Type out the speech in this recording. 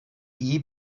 iyi